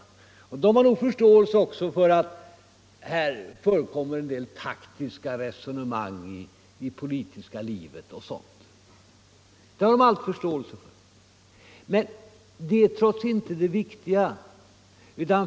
Väljarna har nog också förståelse för att det förekommer en del taktiska resonemang i det politiska livet, men detta är trots allt inte det viktiga.